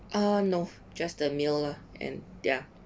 uh no just the meal lah and ya